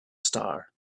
star